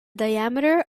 diameter